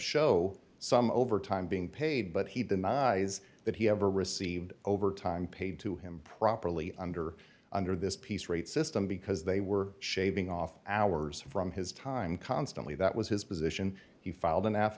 show some overtime being paid but he denies that he ever received overtime paid to him properly under under this piece rate system because they were shaving off hours from his time constantly that was his position he filed an